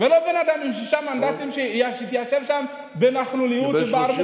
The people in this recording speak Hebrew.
ולא בן אדם עם שישה מנדטים שהתיישב שם בנכלוליות ובערמומיות.